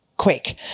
quick